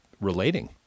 relating